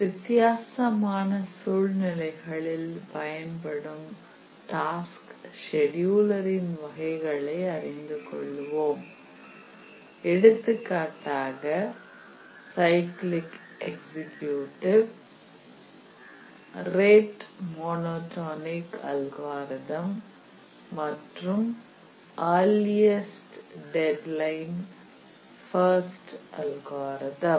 வித்தியாசமான சூழ்நிலைகளில் பயன்படும் டாஸ்க் செடியூல்ரின் வகைகளை அறிந்து கொள்வோம் எடுத்துக்காட்டாக cyclic executive rate monotonic algorithm மற்றும் யர்லியர்ஸ்ட் டெட்லைன் பஸ்ட் அல்காரிதம்